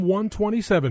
127